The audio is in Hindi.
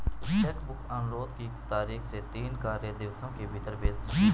चेक बुक अनुरोध की तारीख से तीन कार्य दिवसों के भीतर भेज दी जाती है